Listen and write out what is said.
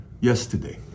yesterday